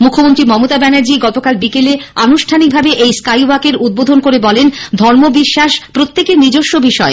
মুখ্যমন্ত্রী মমতা ব্যানার্জি গতকাল বিকেলে আনষ্ঠানিকভাবে এই স্কাইওয়াকের উদ্বোধন করে বলেন ধর্মবিশ্বাস প্রত্যেকের নিজস্ব বিষয়